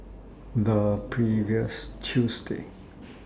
The previous Tuesday